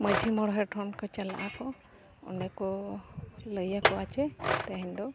ᱢᱟᱹᱡᱷᱤ ᱢᱚᱲᱮ ᱦᱚᱲ ᱴᱷᱮᱱ ᱠᱚ ᱪᱟᱞᱟᱜ ᱟᱠᱚ ᱚᱸᱰᱮ ᱠᱚ ᱞᱟᱹᱭᱟᱠᱚᱣᱟ ᱡᱮ ᱛᱮᱦᱮᱧ ᱫᱚ